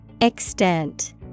Extent